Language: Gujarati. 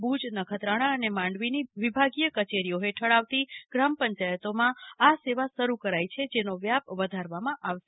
ભુજ નખત્રાણા અને માંડવીની વિભાગીય કચેરીઓ હેઠળ આવતી ગ્રામ પંચાયતોમાં આ સેવા સાડું કરશે જેનો વ્યાપ વધારવામાં આવશે